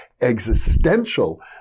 existential